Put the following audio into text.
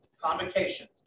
convocation